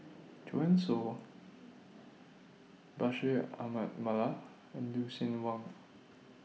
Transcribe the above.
Joanne Soo Bashir Ahmad Mallal and Lucien Wang